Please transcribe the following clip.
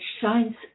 shines